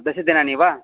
दश दिनानि वा